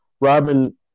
Robin